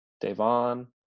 Devon